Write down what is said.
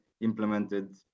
implemented